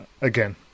again